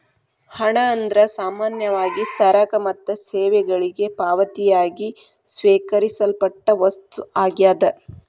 ಹಣ ಅಂದ್ರ ಸಾಮಾನ್ಯವಾಗಿ ಸರಕ ಮತ್ತ ಸೇವೆಗಳಿಗೆ ಪಾವತಿಯಾಗಿ ಸ್ವೇಕರಿಸಲ್ಪಟ್ಟ ವಸ್ತು ಆಗ್ಯಾದ